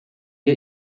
wir